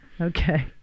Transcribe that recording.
Okay